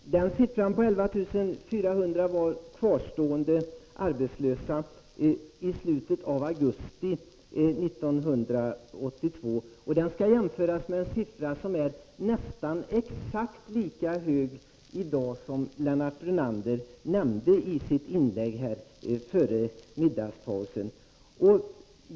Herr talman! Siffran 11 400 avser antalet kvarstående arbetslösa i slutet av augusti 1982. Den skall jämföras med en siffra som i dag är nästan exakt lika hög och som Lennart Brunander nämnde i sitt inlägg före middagspausen.